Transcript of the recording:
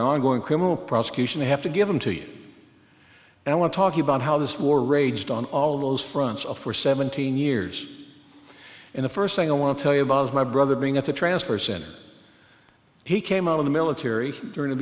an ongoing criminal prosecution they have to give them to you and i want to talk about how this war raged on all of those fronts of for seventeen years and the first thing i want to tell you about is my brother being at the transfer center he came out of the military during the